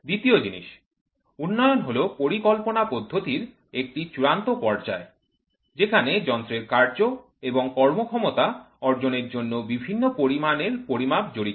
দ্বিতীয় জিনিস উন্নয়ন হল পরিকল্পনা পদ্ধতির একটি চূড়ান্ত পর্যায় যেখানে যন্ত্রের কার্য এবং কর্মক্ষমতা অর্জনের জন্য বিভিন্ন পরিমাণের পরিমাপ জড়িত